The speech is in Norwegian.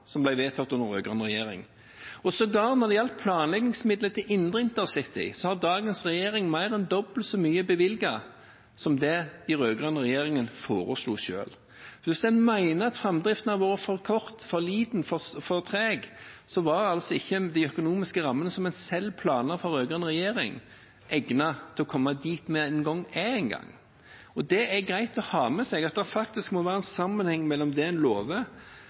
som ble vedtatt under rød-grønn regjering. Sågar når det gjaldt planleggingsmidler til indre intercity, har dagens regjering bevilget mer enn dobbelt så mye som det den rød-grønne regjeringen foreslo selv. Hvis man mener at framdriften har vært for kort, for liten, for treg, så var altså ikke de økonomiske rammene som en selv planla fra rød-grønn regjering, egnet til å komme dit vi er engang. Det er greit å ha med seg at det faktisk må være en sammenheng mellom